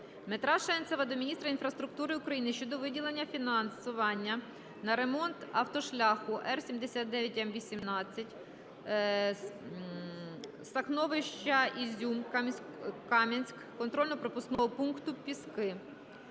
Дмитра Шенцева до міністра інфраструктури України щодо виділення фінансування на ремонт автошляху Р-79/М-18/ Сахновщина-Ізюм-Куп'янськ контрольно-пропускного пункту "Піски".